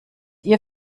ihr